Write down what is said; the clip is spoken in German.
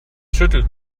schüttelt